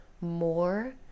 more